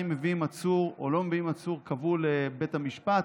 מביאים או לא מביאים עצור כבול לבית המשפט,